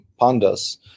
Pandas